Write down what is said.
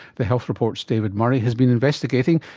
the health report's david murray has been investigating.